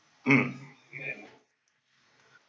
mm